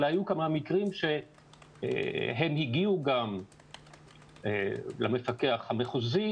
אלא היו כמה מקרים שהם הגיעו גם למפקח המחוזי,